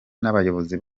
n’abayobozi